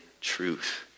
truth